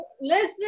Listen